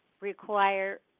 require